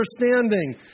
understanding